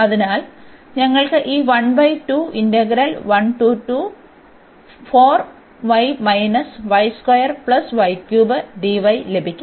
അതിനാൽ ഞങ്ങൾക്ക് ഈ ലഭിക്കും